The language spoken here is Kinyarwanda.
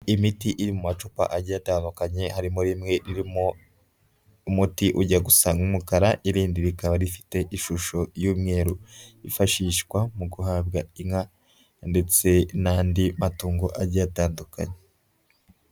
Imiti iri mu macupa agiye atandukanye harimo rimwe ririmo umuti ujya gusa n'umukara. Irindi rikaba rifite ishusho y'umweru yifashishwa mu guhabwa inka ndetse n'andi matungo agiye atandukanye.